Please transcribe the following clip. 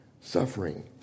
suffering